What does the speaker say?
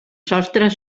sostres